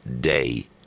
day